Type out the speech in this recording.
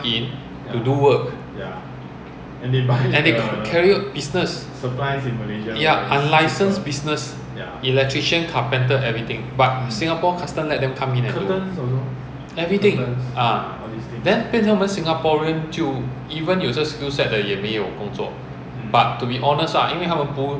done properly you need to enforce the regulatory lor then you also have to take note about all these err unlicensed and informal people coming here to work customs side must also enforce lah like we if we carry tools of trade into malaysia